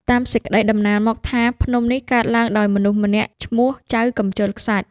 តាមសេចក្ដីតំណាលមកថា ភ្នំដីនេះកើតឡើងដោយមនុស្សម្នាក់ឈ្មោះ “ចៅកម្ជិលខ្សាច់”